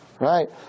right